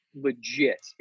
legit